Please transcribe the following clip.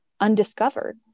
undiscovered